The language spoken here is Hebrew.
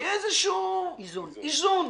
שיהיה איזשהו איזון.